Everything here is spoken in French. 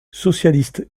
socialiste